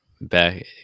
back